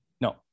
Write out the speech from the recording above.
No